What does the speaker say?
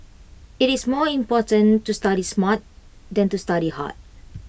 IT is more important to study smart than to study hard